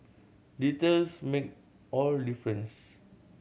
details make all difference